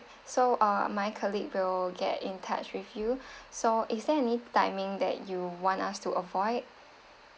so uh my colleague will get in touch with you so is there any timing that you want us to avoid